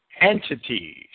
entities